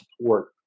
support